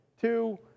Two